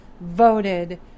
voted